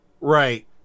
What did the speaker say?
Right